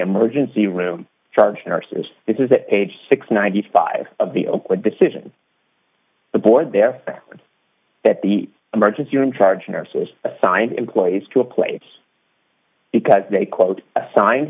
emergency room charge nurses is that page six ninety five dollars of the oakwood decision the board there that the emergency room charge nurse was assigned employees to a place because they quote assigned